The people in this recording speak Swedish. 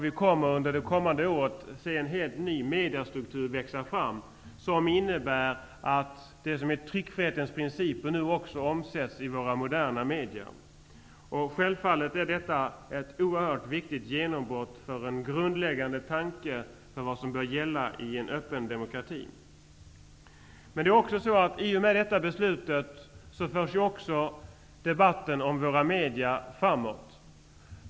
Vi kommer under det kommande året att få se en helt ny mediastruktur växa fram. Den innebär att tryckfrihetens principer nu också omsätts inom moderna media. Det är självfallet ett oerhört viktigt genombrott för den grundläggande tanken om vad som bör gälla i en öppen demokrati. I och med detta beslut förs också debatten om våra media framåt.